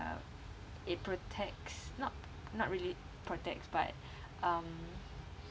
uh it protects not not really protects but um